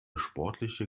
sportliche